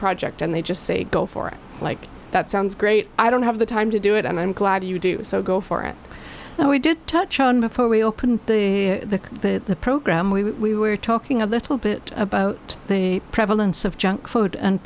project and they just say go for it like that sounds great i don't have the time to do it and i'm glad you do so go for it and we did touch on before we opened the the program we were talking a little bit about the prevalence of junk food and